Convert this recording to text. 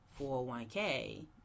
401k